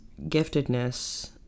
giftedness